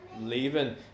leaving